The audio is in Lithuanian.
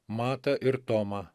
matą ir tomą